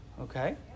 Okay